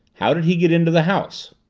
how did he get into the house?